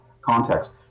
context